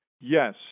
Yes